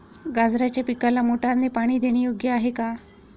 गाजराच्या पिकाला मोटारने पाणी देणे योग्य आहे का?